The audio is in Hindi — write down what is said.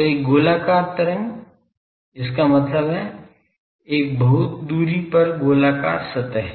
तो एक गोलाकार तरंग इसका मतलब है एक बहुत दूरी पर गोलाकार सतह